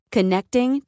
Connecting